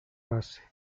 base